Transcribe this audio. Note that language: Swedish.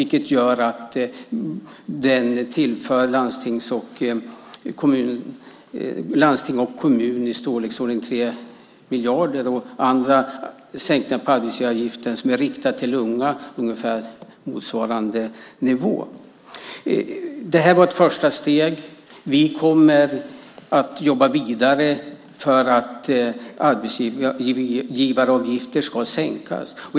Det gör att den tillför landsting och kommuner i storleksordningen 3 miljarder. Andra sänkningar på arbetsgivaravgiften som är riktade till unga blir ungefär på motsvarande nivå. Det här var ett första steg.